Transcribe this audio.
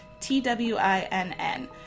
TWINN